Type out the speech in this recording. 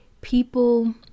People